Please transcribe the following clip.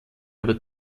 aber